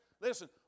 Listen